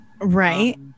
Right